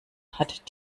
hat